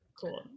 Cool